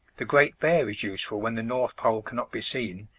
the great bear is useful when the north pole cannot be seen,